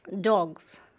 dogs